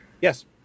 Yes